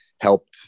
helped